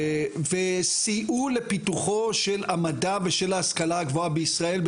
וסייעו לפיתוחו של המדע ושל ההשכלה הגבוהה בישראל,